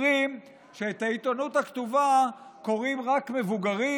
אומרים שאת העיתונות הכתובה קוראים רק מבוגרים.